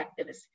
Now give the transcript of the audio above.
activists